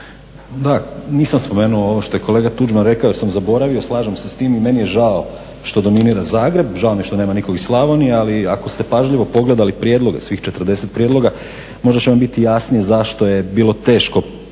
Da nisam spomenuo ovo što je kolega Tuđman rekao jer sam zaboravi. Slažem se s tim i meni je žao što dominira Zagreb, žao mi je što nema nikog iz Slavnije, ali ako ste pažljivo pogledali prijedloge svih 40 prijedloga možda će vam biti jasnije zašto je bilo teško